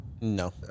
no